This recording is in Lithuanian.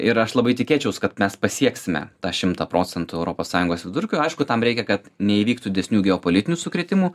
ir aš labai tikėčiaus kad mes pasieksime tą šimtą procentų europos sąjungos vidurkio aišku tam reikia kad neįvyktų didesnių geopolitinių sukrėtimų